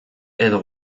edo